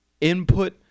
input